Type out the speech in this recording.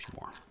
more